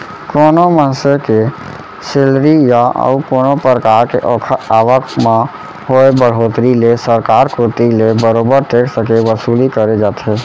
कोनो मनसे के सेलरी या अउ कोनो परकार के ओखर आवक म होय बड़होत्तरी ले सरकार कोती ले बरोबर टेक्स के वसूली करे जाथे